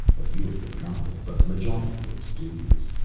a few of them nodded, but the majority looked dubious.